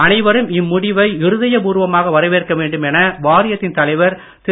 அனைவரும் இம்முடிவை இருதய பூர்வமாக வரவேற்க வேண்டும் என வாரியத்தின் தலைவர் திரு